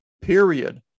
period